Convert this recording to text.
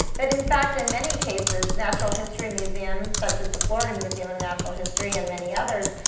but in fact, in many cases natural history museums, such as the florida museum of natural history and many others,